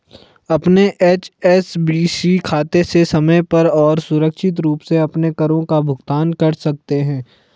अपने एच.एस.बी.सी खाते से समय पर और सुरक्षित रूप से अपने करों का भुगतान कर सकते हैं